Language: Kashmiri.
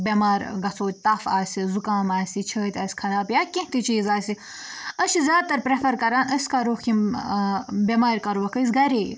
بٮ۪مار گژھو تَپھ آسہِ زُکام آسہِ چھٲتۍ آسہِ خراب یا کیٚنٛہہ تہِ چیٖز آسہِ أسۍ چھِ زیادٕ تَر پرٛیفَر کَران أسۍ کَرہوکھ یِم بٮ۪مار کَرہوکھ أسۍ گَرے